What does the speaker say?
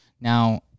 now